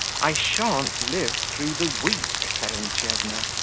i shan't live through the week, terentyevna!